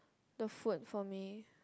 the food for me